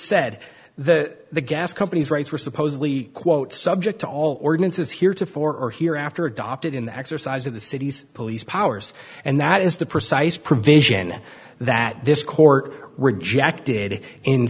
said that the gas companies rights were supposedly quote subject to all ordinances here to for here after adopted in the exercise of the city's police powers and that is the precise provision that this court rejected in